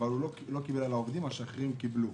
הוא לא קיבל על העובדים, מה שאחרים קיבלו,